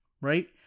right